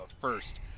first